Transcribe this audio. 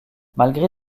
malgré